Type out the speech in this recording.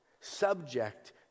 subject